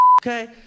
Okay